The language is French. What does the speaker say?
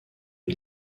des